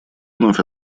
вновь